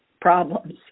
problems